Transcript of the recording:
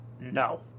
No